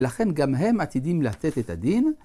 לכן גם הם עתידים לתת את הדין?